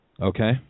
Okay